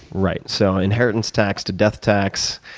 right. so inheritance tax to death tax,